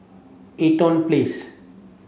Eaton Place